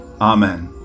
Amen